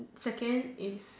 second is